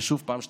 ושוב פעם שתיקה.